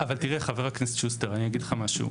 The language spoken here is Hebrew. אבל תראה, חבר הכנסת שוסטר, אני אגיד לך משהו.